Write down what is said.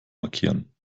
markieren